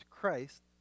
Christ